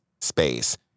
space